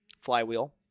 Flywheel